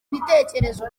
ibitekerezo